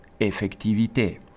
effectivité